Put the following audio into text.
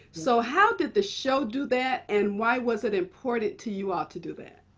so how did the show do that, and why was it important to you all to do that?